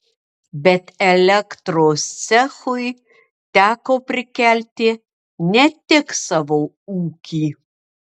bet elektros cechui teko prikelti ne tik savo ūkį